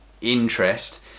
interest